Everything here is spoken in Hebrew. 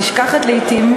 נשכחת לעתים,